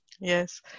yes